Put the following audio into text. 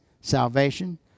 salvation